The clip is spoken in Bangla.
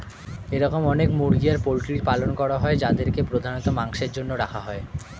এরম অনেক মুরগি আর পোল্ট্রির পালন করা হয় যাদেরকে প্রধানত মাংসের জন্য রাখা হয়